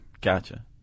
Gotcha